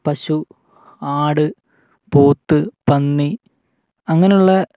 പശു ആട് പോത്ത് പന്നി അങ്ങനെയുള്ള